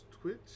Twitch